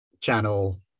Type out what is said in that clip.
channel